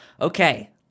okay